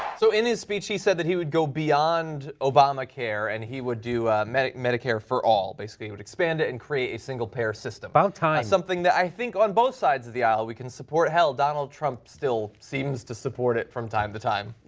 so in his speech he said that he would go beyond obamacare and he would do medicare medicare for all, basically. he would expand and create a single-payer system. about time. something that i think on both sides of the aisle we can support. hell, donald trump seems to support it from time to time.